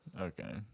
Okay